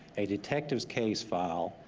a detective's case file,